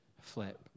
flip